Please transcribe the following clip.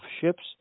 ships